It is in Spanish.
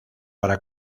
para